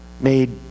made